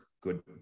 good